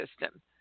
system